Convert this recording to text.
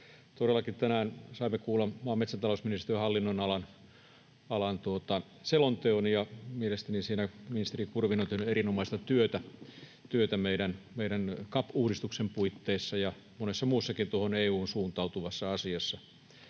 Todellakin tänään saimme kuulla maa- ja metsätalousministeriön hallinnonalan selonteon, ja mielestäni siinä ministeri Kurvinen on tehnyt erinomaista työtä meidän CAP-uudistuksen puitteissa ja monessa muussakin tuohon EU:hun suuntautuvassa asiassa.